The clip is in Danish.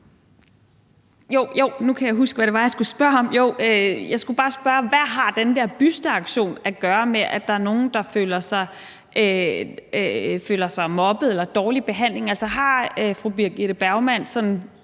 Hvad har den der busteaktion at gøre med, at der er nogle, der føler sig mobbet eller dårligt behandlet?